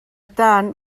tant